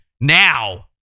Now